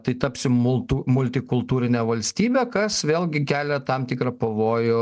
tai tapsim multu multikultūrine valstybe kas vėlgi kelia tam tikrą pavojų